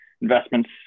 investments